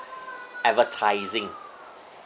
advertising